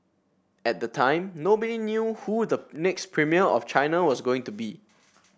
at the time nobody knew who the next premier of China was going to be